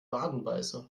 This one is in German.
wadenbeißer